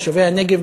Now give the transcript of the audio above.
תושבי הנגב,